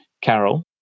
Carol